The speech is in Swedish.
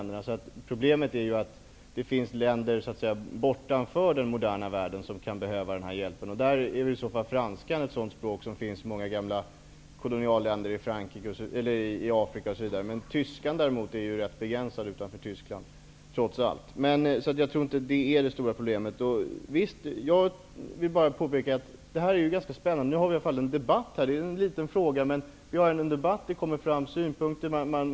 Däremot kan länder utanför den moderna världen behöva sådan hjälp. Franskan är ett språk som används i många gamla kolonialländer i Afrika osv., medan däremot tyskan har en rätt begränsad spridning utanför Tyskland. Detta är ganska spännande. Det gäller en ganska liten fråga, men vi har en debatt där det kommer fram synpunkter.